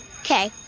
Okay